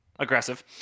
Aggressive